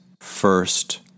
first